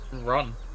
run